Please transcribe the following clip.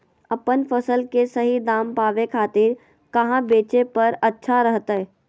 अपन फसल के सही दाम पावे खातिर कहां बेचे पर अच्छा रहतय?